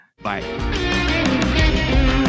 bye